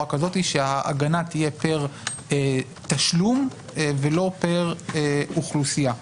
שההגנה תהיה פר-תשלום ולא פר-אוכלוסייה.